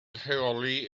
rheoli